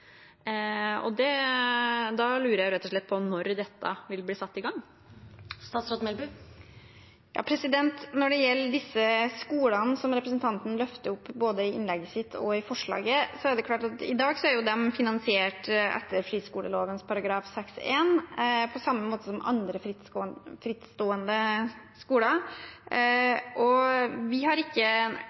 og da lurer jeg rett og slett på når dette vil bli satt i gang. Når det gjelder disse skolene som representanten løfter opp, både i innlegget sitt og i forslaget, er de i dag finansiert etter friskoleloven § 6-1, på samme måte som andre frittstående skoler, og vi har ikke